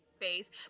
face